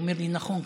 הוא אומר לי: נכון,